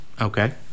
okay